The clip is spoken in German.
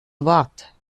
wort